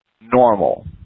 normal